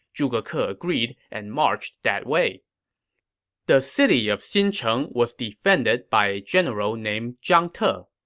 zhuge ke ah agreed and marched that way the city of xincheng was defended by a general named zhang te.